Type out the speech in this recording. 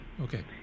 Okay